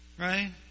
Right